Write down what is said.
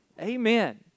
Amen